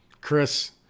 Chris